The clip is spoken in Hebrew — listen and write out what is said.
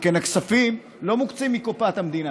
שכן הכספים לא מוקצים מקופת המדינה,